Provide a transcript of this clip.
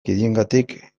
kideengatik